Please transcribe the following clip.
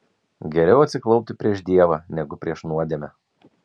geriau atsiklaupti prieš dievą negu prieš nuodėmę